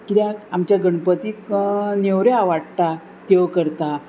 किद्याक आमच्या गणपतीक नेवऱ्यो आवाडटा त्यो करता